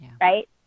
Right